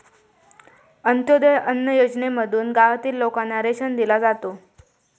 अंत्योदय अन्न योजनेमधसून गावातील लोकांना रेशन दिला जाता